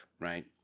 right